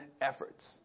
efforts